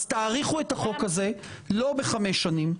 אז תאריכו את החוק הזה לא בחמש שנים,